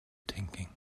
thinking